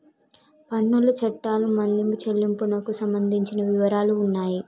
పన్నుల చట్టాలు మదింపు చెల్లింపునకు సంబంధించిన వివరాలు ఉన్నాయి